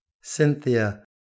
Cynthia